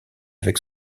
avec